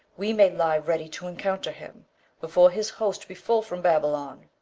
we may lie ready to encounter him before his host be full from babylon,